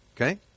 Okay